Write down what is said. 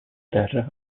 terra